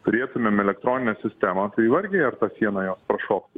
turėtumėm elektroninę sistemą tai vargiai ar tą sieną jos prašoktų